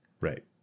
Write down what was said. Right